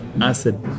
acid